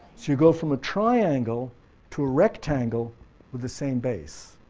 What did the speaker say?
you go from a triangle to a rectangle with the same base.